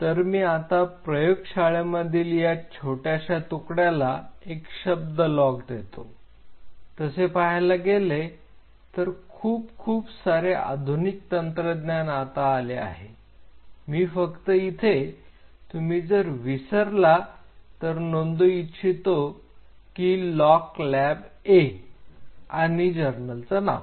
तर मी आता प्रयोग शाळेमधील त्या छोट्याशा तुकड्याला एक शब्द लॉक देतो तसे पाहायला गेले तर खूप खूप सारे आधुनिक तंत्रज्ञान आता आले आहे मी फक्त इथे तुम्ही जर विसरला तर नोंदऊ इच्छितो की लॉक लॅब A आणि जर्नलचं नाव